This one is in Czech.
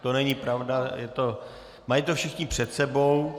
To není pravda, mají to všichni před sebou.